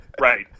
Right